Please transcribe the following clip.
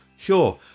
Sure